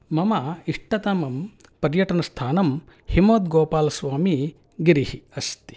मम इष्टतमं पर्यटनस्थानं हिमवद्गोपालस्वामिगिरिः अस्ति